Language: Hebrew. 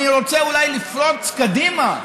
אני רוצה אולי לפרוץ קדימה,